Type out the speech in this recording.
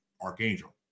archangel